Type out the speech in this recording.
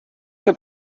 que